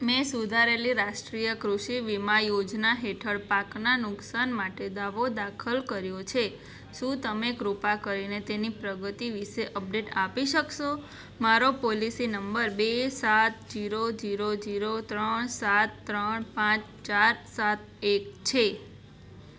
મેં સુધારેલી રાષ્ટ્રીય કૃષિ વીમા યોજના હેઠળ પાકના નુકસાન માટે દાવો દાખલ કર્યો છે શું તમે કૃપા કરીને તેની પ્રગતિ વિશે અપડેટ આપી શકશો મારો પોલિસી નંબર બે સાત ઝીરો ઝીરો ઝીરો ત્રણ સાત ત્રણ પાંચ ચાર સાત એક છે